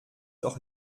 doch